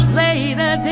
later